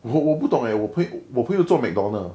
我我不懂 eh 我朋友我朋友做 mcdonald's